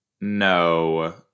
no